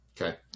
Okay